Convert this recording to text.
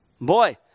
Boy